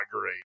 great